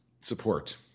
support